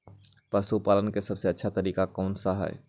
पशु पालन का सबसे अच्छा तरीका कौन सा हैँ?